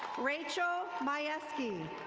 rachel myeski.